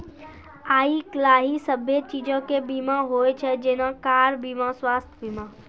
आइ काल्हि सभ्भे चीजो के बीमा होय छै जेना कार बीमा, स्वास्थ्य बीमा